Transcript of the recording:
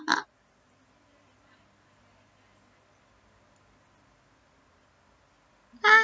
ah ah